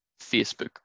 facebook